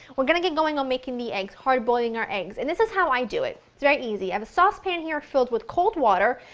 we're going to get going on making the eggs, hard boiling our eggs. and, this is how i do it, it's very easy. i have a saucepan here filled with cold water.